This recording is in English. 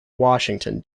washington